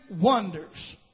wonders